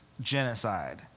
genocide